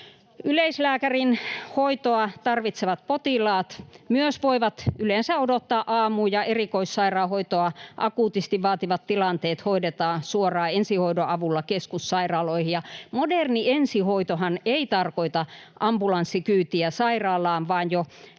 Yleislääkärin hoitoa tarvitsevat potilaat myös voivat yleensä odottaa aamuun, ja erikoissairaanhoitoa akuutisti vaativat tilanteet hoidetaan suoraan ensihoidon avulla keskussairaaloihin. Moderni ensihoitohan ei tarkoita ambulanssikyytiä sairaalaan vaan jo